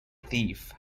thief